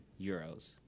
euros